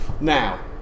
Now